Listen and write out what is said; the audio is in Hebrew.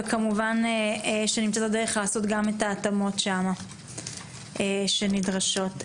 וכמובן שנמצא את הדרך לעשות את ההתאמות הנדרשות גם שם.